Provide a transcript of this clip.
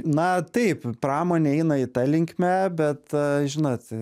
na taip pramonė eina ta linkme bet žinot